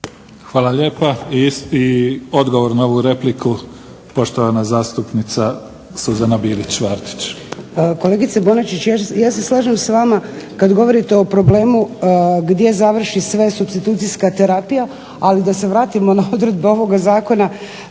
Hvala lijepa. I odgovor na ovu repliku, poštovana zastupnica Suzana Bilić Vardić. **Bilić Vardić, Suzana (HDZ)** Kolegice Bonačić ja se slažem s vama kad govorite o problemu gdje završi sve supstitucijska terapija, ali da se vratimo na odredbe ovoga zakona